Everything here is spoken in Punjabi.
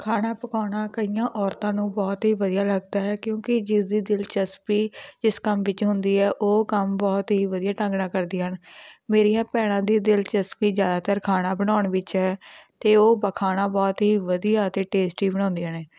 ਖਾਣਾ ਪਕਾਉਣਾ ਕਈਆਂ ਔਰਤਾਂ ਨੂੰ ਬਹੁਤ ਹੀ ਵਧੀਆ ਲੱਗਦਾ ਹੈ ਕਿਉਂਕਿ ਜਿਸ ਦੀ ਦਿਲਚਸਪੀ ਜਿਸ ਕੰਮ ਵਿੱਚ ਹੁੰਦੀ ਹੈ ਉਹ ਕੰਮ ਬਹੁਤ ਹੀ ਵਧੀਆ ਢੰਗ ਨਾਲ ਕਰਦੀਆਂ ਹਨ ਮੇਰੀਆਂ ਭੈਣਾਂ ਦੀ ਦਿਲਚਸਪੀ ਜ਼ਿਆਦਾਤਰ ਖਾਣਾ ਬਣਾਉਣ ਵਿੱਚ ਹੈ ਅਤੇ ਉਹ ਬ ਖਾਣਾ ਬਹੁਤ ਹੀ ਵਧੀਆ ਅਤੇ ਟੇਸਟੀ ਬਣਾਉਂਦੀਆਂ ਨੇ